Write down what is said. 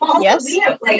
Yes